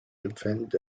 defend